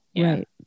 Right